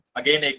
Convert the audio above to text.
again